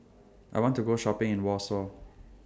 I want to Go Shopping in Warsaw